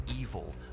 evil